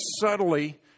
subtly